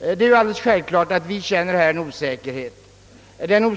Självfallet känner vi en osäkerhet inför utsikterna på detta område.